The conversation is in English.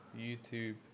YouTube